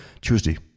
Tuesday